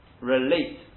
relate